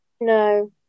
No